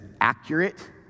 accurate